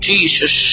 Jesus